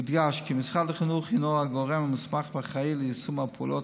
יודגש כי משרד החינוך הינו הגורם המוסמך והאחראי ליישום הפעולות